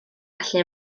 gallu